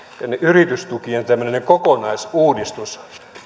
yritystukien tämmöinen kokonaisuudistus